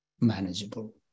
manageable